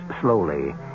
slowly